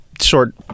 short